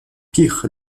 pire